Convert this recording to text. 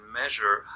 measure